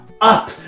up